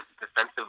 defensive